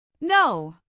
No